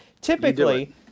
typically